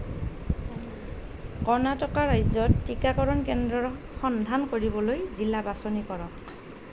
কৰ্ণাটক ৰাজ্যত টীকাকৰণ কেন্দ্ৰৰ সন্ধান কৰিবলৈ জিলা বাছনি কৰক